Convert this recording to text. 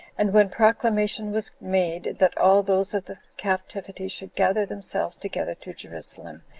and when proclamation was made, that all those of the captivity should gather themselves together to jerusalem,